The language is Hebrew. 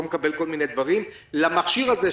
למכשיר הזה,